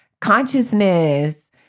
consciousness